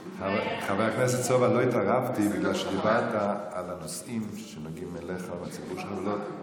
לא התערבתי בגלל שדיברת על הנושאים שנוגעים אליך ולציבור שלך,